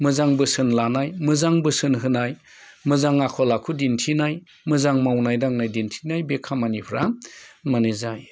मोजां बोसोन लानाय मोजां बोसोन होनाय मोजां आखल आखु दिन्थिनाय मोजां मावनाय दांनाय दिन्थिनाय बे खामानिफ्रा माने जायो